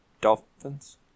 Dolphins